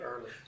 Early